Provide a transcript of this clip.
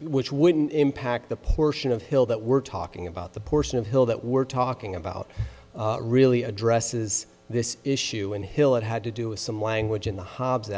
which wouldn't impact the portion of hill that we're talking about the portion of hill that we're talking about really addresses this issue in the hill it had to do with some language in the h